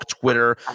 Twitter